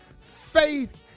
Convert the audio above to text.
Faith